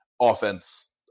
offense